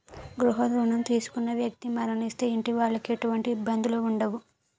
గృహ రుణం తీసుకున్న వ్యక్తి మరణిస్తే ఇంటి వాళ్లకి ఎటువంటి ఇబ్బందులు ఉండవు